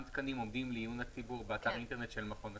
תקנים עומדים לעיון הציבור באתר האינטרנט של מכון התקנים.